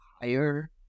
higher